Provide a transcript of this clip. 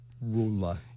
ruler